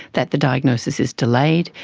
that the diagnosis is delayed,